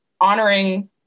honoring